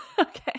okay